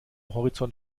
horizont